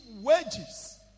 wages